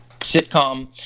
sitcom